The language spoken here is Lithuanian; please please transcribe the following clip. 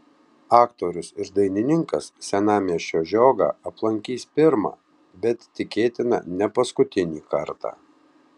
aktorius ir dainininkas senamiesčio žiogą aplankys pirmą bet tikėtina ne paskutinį kartą